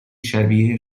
شبیه